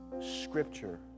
scripture